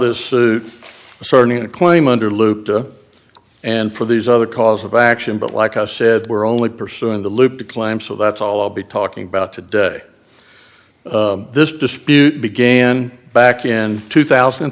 suit to claim under loop and for these other cause of action but like i said we're only pursuing the loop the claim so that's all i'll be talking about today this dispute began back in two thousand and